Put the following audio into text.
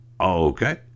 okay